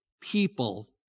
people